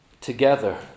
together